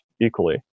equally